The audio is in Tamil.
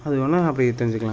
அது வேணால் அப்படி தெரிஞ்சிக்கலாம்